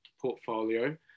portfolio